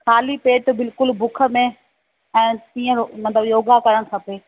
खाली पेटु बिल्कुलु बुख में ऐं ईअं मतिलबु योगा करणु खपे